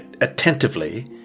attentively